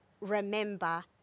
remember